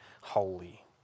holy